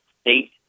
state